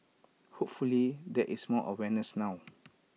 hopefully there is more awareness now